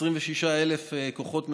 26,000 כוחות מסייעים.